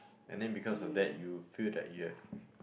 and then because of that you feel that you have